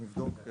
אני אבדוק.